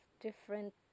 different